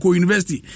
university